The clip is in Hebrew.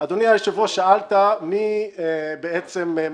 אדוני היושב-ראש שאלת מי ממחזר.